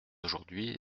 aujourd’hui